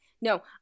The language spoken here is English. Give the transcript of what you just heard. No